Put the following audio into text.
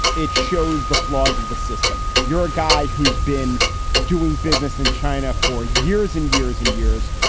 it shows the flaws of the system. you're a guy who's been doing business in china for years and years and years.